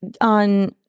on